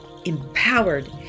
empowered